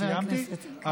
אה, סיימתי?